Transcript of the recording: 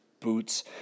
boots